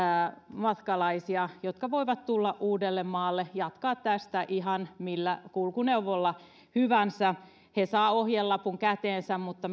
matkalaisia jotka voivat tulla uudellemaalle jatkaa tästä ihan millä kulkuneuvolla hyvänsä he saavat ohjelapun käteensä mutta